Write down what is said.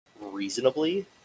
reasonably